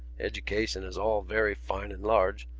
education is all very fine and large.